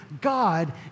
God